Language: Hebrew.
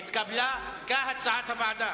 לשנת 2010, התקבל כהצעת הוועדה.